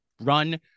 run